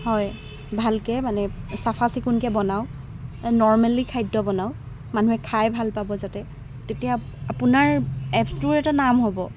হয় ভালকৈ মানে চাফা চিকুনকৈ বনাওক নৰ্মেলি খাদ্য বনাওক মানুহে খাই ভাল পাব যাতে তেতিয়া আপোনাৰ এপছটোৰ এটা নাম হ'ব